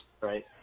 right